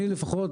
אני לפחות,